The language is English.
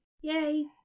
Yay